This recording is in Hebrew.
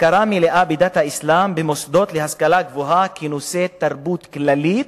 הכרה מלאה בדת האסלאם במוסדות להשכלה גבוהה כנושא תרבות כללית,